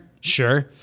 Sure